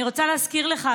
אני רוצה להזכיר לך,